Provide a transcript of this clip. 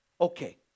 Okay